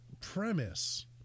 premise